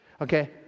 Okay